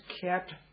kept